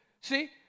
see